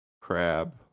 crab